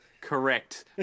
Correct